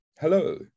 Hello